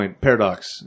Paradox